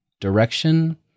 direction